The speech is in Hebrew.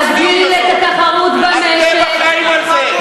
להגדיל את התחרות במשק, אתם אחראים לזה.